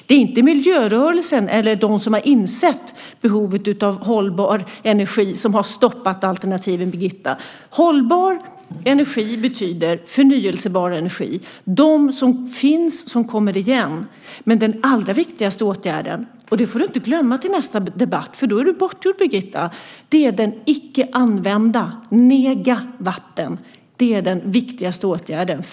Det är inte miljörörelsen eller de som har insett behovet av hållbar energi som har stoppat alternativen, Birgitta. Hållbar energi betyder förnybar energi. De som finns kommer igen, men den allra viktigaste åtgärden - det får du inte glömma till nästa debatt, för då är du bortgjord, Birgitta - är den icke använda negawatten. Det är den viktigaste åtgärden.